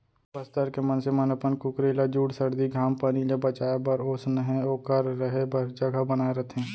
बस्तर के मनसे मन अपन कुकरी ल जूड़ सरदी, घाम पानी ले बचाए बर ओइसनहे ओकर रहें बर जघा बनाए रथें